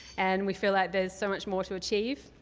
and we feel that there's so much more to achieve.